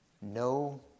no